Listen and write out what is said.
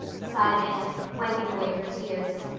sighed anne, wiping away her tears.